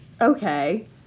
okay